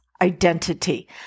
identity